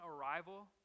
arrival